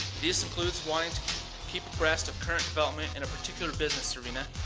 this includes wines keep up rest of current development in a particular business arena,